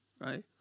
right